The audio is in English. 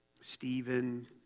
Stephen